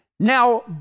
Now